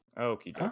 okay